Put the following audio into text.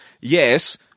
yes